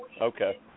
Okay